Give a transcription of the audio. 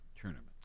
tournament